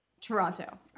Toronto